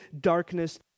darkness